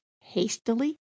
hastily